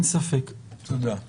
אין ספק.